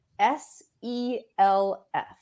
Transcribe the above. S-E-L-F